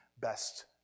best